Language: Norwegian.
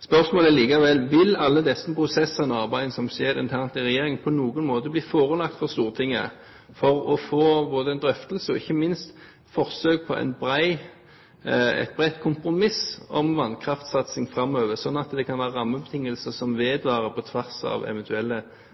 Spørsmålet er likevel: Vil alle disse prosessene og arbeidet som skjer internt i regjeringen, på noen måte bli forelagt Stortinget, for å få både drøftelser og ikke minst forsøk på et bredt kompromiss om vannkraftsatsing framover, slik at det kan være rammebetingelser som vedvarer på tvers av eventuelle